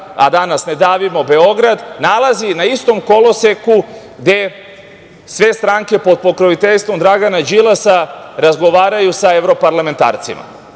a danas „Ne davimo Beograd“ nalazi na istom koloseku gde sve stranke pod pokroviteljstvom Dragana Đilasa razgovaraju sa evroparlamentarcima.